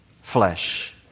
flesh